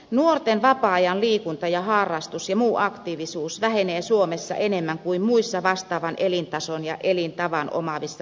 nuorten vapaa ajan liikunta ja harrastus ja muu aktiivisuus vähenevät suomessa enemmän kuin muissa vastaavan elintason ja elintavan omaavissa länsimaissa